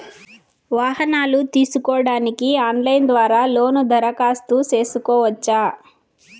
వాహనాలు తీసుకోడానికి ఆన్లైన్ ద్వారా లోను దరఖాస్తు సేసుకోవచ్చా?